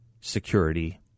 security